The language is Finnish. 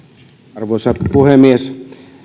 arvoisa puhemies